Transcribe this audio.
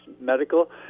medical